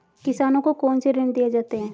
किसानों को कौन से ऋण दिए जाते हैं?